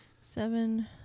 seven